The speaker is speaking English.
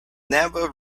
never